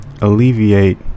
alleviate